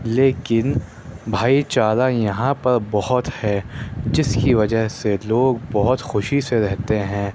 لیکن بھائی چارہ یہاں پر بہت ہے جس کی وجہ سے لوگ بہت خوشی سے رہتے ہیں